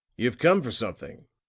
you've come for something,